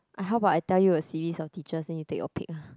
how about I tell you a series of teachers then you take your pick ah